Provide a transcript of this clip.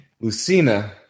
Lucina